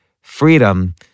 Freedom